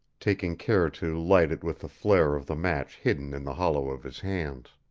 taking care to light it with the flare of the match hidden in the hollow of his hands.